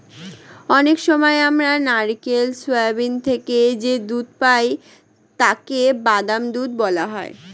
অনেক সময় আমরা নারকেল, সোয়াবিন থেকে যে দুধ পাই তাকে বাদাম দুধ বলা হয়